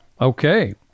okay